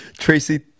tracy